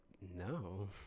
no